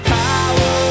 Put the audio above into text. power